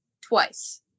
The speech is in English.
twice